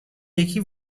یکی